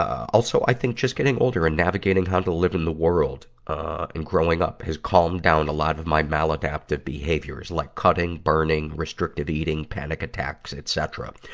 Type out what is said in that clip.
also, i think just getting older and navigating how to live in the world and growing up has calmed down a lot of my maladaptive behaviors, like cutting, burning, restrictive eating, panic attacks, etcetera.